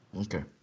Okay